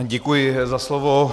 Děkuji za slovo.